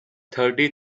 thirty